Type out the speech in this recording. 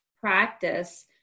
practice